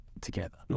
together